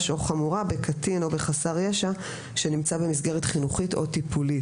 או חמורה בקטין או בחסר ישע שנמצא במסגרת חינוכית או טיפולית.